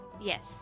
Yes